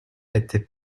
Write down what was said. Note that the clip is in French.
était